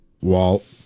Walt